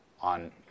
on